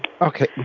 okay